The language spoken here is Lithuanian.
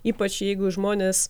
ypač jeigu žmonės